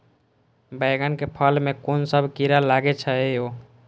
बैंगन के फल में कुन सब कीरा लगै छै यो?